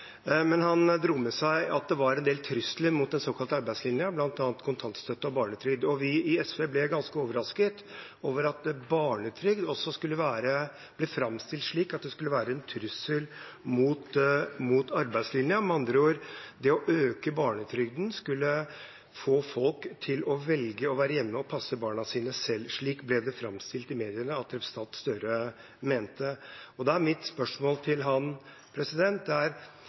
Men han dro med seg at det var en del trusler mot den såkalte arbeidslinjen, bl.a. kontantstøtte og barnetrygd. Vi i SV ble ganske overrasket over at også barnetrygd blir framstilt som en trussel mot arbeidslinjen, m.a.o. at det å øke barnetrygden skulle få folk til å velge å være hjemme og passe barna sine selv. Det ble det framstilt i mediene at representanten Gahr Støre mente. Da er mitt spørsmål til ham: Er det